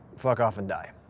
fuck off and die.